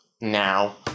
now